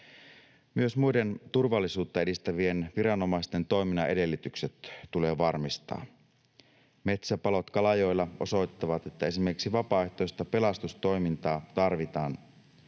Myös muiden turvallisuutta edistävien viranomaisten toiminnan edellytykset tulee varmistaa. Metsäpalot Kalajoella osoittavat, että esimerkiksi vapaaehtoista pelastustoimintaa tarvitaan.